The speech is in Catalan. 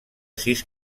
sis